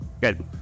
Good